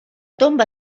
tomba